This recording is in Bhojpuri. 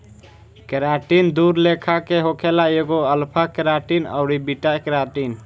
केराटिन दू लेखा के होखेला एगो अल्फ़ा केराटिन अउरी बीटा केराटिन